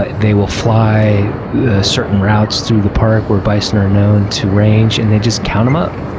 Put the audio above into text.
but they will fly certain routes through the park where bison are known to range and they just count them up.